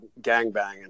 gangbanging